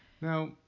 Now